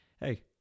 hey